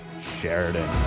Sheridan